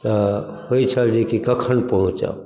तऽ होइत छल जेकि कखन पहुँचब